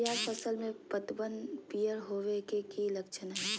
प्याज फसल में पतबन पियर होवे के की लक्षण हय?